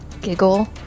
giggle